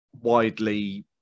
widely